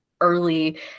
early